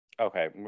Okay